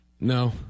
No